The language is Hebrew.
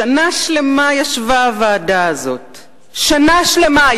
שנה שלמה ישבה הוועדה הזאת, שנה שלמה.